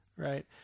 Right